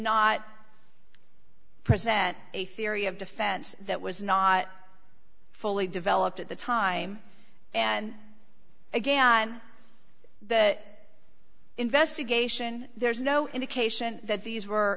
not present a theory of defense that was not fully developed at the time and again that investigation there's no indication that these were